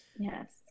Yes